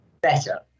better